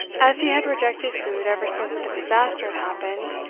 as he had rejected food ever since the disaster had happened,